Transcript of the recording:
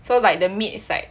so like the meat is like